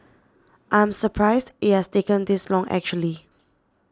I am surprised it has taken this long actually